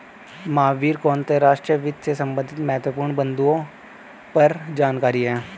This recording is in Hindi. महावीर को अंतर्राष्ट्रीय वित्त से संबंधित महत्वपूर्ण बिन्दुओं पर जानकारी है